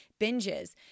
binges